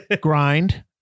Grind